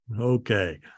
Okay